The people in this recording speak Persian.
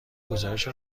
گزارش